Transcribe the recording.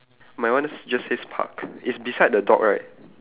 my one just says park it's beside the dog right